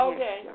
Okay